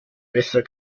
besser